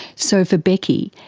so for becky,